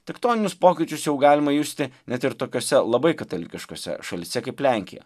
tektoninius pokyčius jau galima justi net ir tokiose labai katalikiškose šalyse kaip lenkija